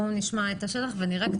בואו נשמע את השטח ונראה.